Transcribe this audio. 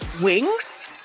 wings